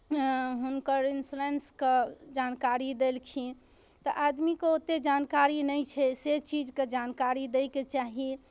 हुनकर इंसुरेंसके जानकारी देलखिन तऽ आदमीके ओतेक जानकारी नहि छै से चीजके जानकारी दैके चाही